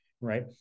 right